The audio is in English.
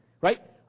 right